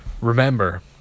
remember